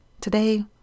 Today